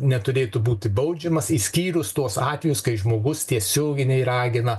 neturėtų būti baudžiamas išskyrus tuos atvejus kai žmogus tiesioginiai ragina